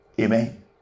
Amen